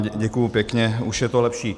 Děkuji pěkně, už je to lepší.